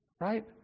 right